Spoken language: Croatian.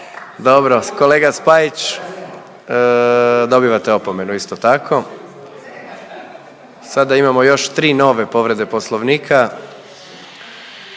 Dobro. Kolega Spajić, dobivate opomenu, isto tako. Sada imamo još 3 nove povrede Poslovnika.